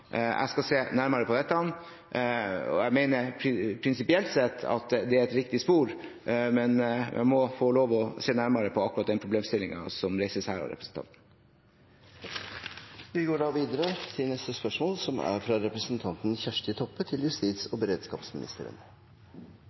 Jeg skal se nærmere på dette. Jeg mener prinsipielt sett at det er et riktig spor, men jeg må få lov til å se nærmere på akkurat den problemstillingen som reises av representanten her. «Økonomien i Vest politidistrikt gjer at politimeisteren vurderer å kutte 100–140 årsverk i 2017 og kutte i prioriterte oppgåver, inkludert vakt og